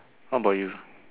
what about you